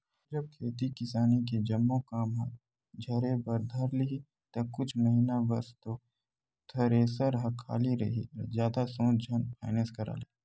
जब खेती किसानी के जम्मो काम ह झरे बर धर लिही ता कुछ महिना बस तोर थेरेसर ह खाली रइही जादा सोच झन फायनेंस करा ले